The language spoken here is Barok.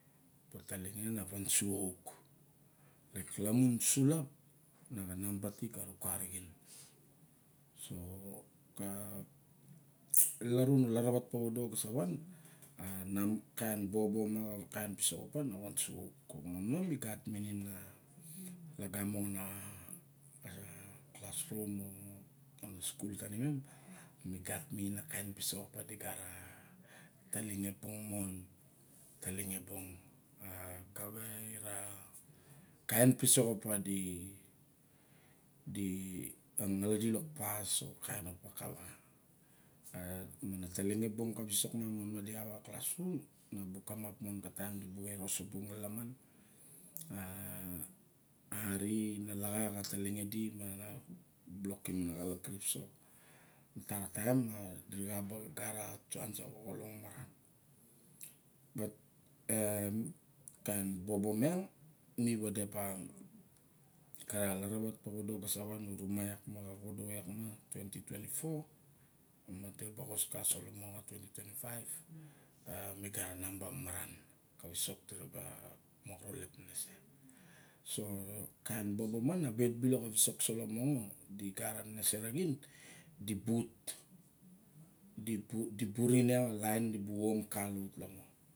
A talima na van su uk lek lamun sulap namba ti ga vaka arixen. So ka larun laravat povodo ga sa can a nam a kain bobo xa kain visok opa na vansu uk. Opa mi gat minin a alga mo a class room ma skul tanimem. Mi gat minim a kaina a pisok opa di gat a taling e bong mon. Talinge bong. A kavek ra kain pisok di di a xala di lak pas a kain opa kava. Ma na talinge bong kana visok ma di bu eros o bung lala man, a ari na laxa ka ta linge di na na blodim a na kalap kirip so, tara taim da ra ba xa ba gat a chance moxa a long maran. But em a kain bobo miang mi vade oping ka larawat popodo a sa van ure a iak ka vovodo iak ma 2024. A namba ti ga xas ka uso xa 2025. A mi gat a namba mamaran ka visok da raba ralep nenese. So kain bobo ma na vet bilok a visok so lamo di gat a nenese raxin di o bat di burin iak a lain da bu om.